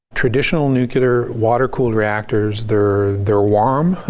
traditional nuclear water cooled reactors they're they're warm.